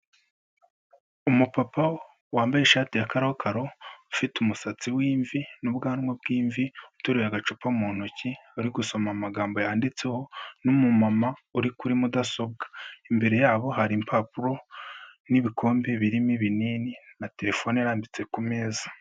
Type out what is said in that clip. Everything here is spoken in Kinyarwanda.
Umupapa wambaye ishati ya karokaro, ufite umusatsi w'imvi n'ubwanwa bw'imvi, uteruye agacupa mu ntoki, bari gusoma amagambo yanditseho n'umumama uri kuri mudasobwa, imbere yabo hari impapuro n'ibikombe birimo ibinini na terefone irambitse ku meza.